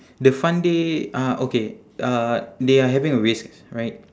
the fun day uh okay uh they are having a race right